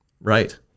Right